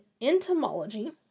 entomology